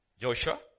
Joshua